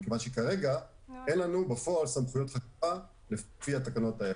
מכיוון שכרגע אין לנו בפעול סמכויות --- לפי התקנות האלה.